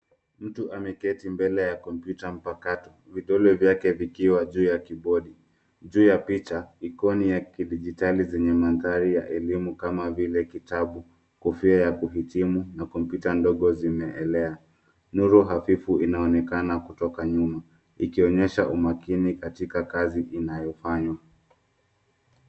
Mtu ameketi mbele ya kompyuta mpakato, vidole vyake vikiwa juu ya kibodi. Juu ya picha ikoni ya kidijitali zenye mandhari ya elimu kama vile kitabu, kofi ya kuhitimu na kompyuta ndogo zimeelea. Nuru hafifu inaonekana kutoka nyuma ikionyesha umakini katika kazi inayofanywa.